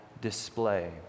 display